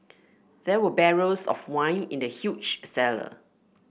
there were barrels of wine in the huge cellar